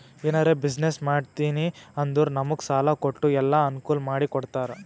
ಎನಾರೇ ಬಿಸಿನ್ನೆಸ್ ಮಾಡ್ತಿವಿ ಅಂದುರ್ ನಮುಗ್ ಸಾಲಾ ಕೊಟ್ಟು ಎಲ್ಲಾ ಅನ್ಕೂಲ್ ಮಾಡಿ ಕೊಡ್ತಾರ್